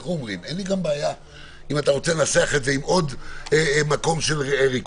אין לי גם בעיה אם אתה רוצה לנסח את זה עם עוד מקום של ריכוך,